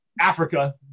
africa